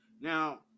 Now